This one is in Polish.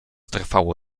trwało